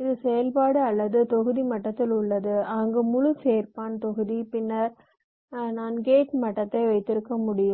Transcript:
இது செயல்பாட்டு அல்லது தொகுதி மட்டத்தில் உள்ளது அங்கு முழு சேர்ப்பான் தொகுதி பின்னர் நான் கேட் மட்டத்தை வைத்திருக்க முடியும்